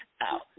out